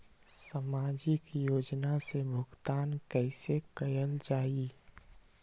सामाजिक योजना से भुगतान कैसे कयल जाई?